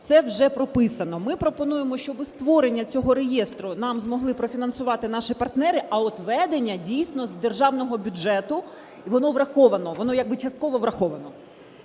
це вже прописано. Ми пропонуємо, щоб створення цього реєстру нам змогли профінансувати наші партнери, а от ведення, дійсно, з державного бюджету, і воно враховано, воно як би частково враховано.